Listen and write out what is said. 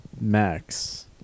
Max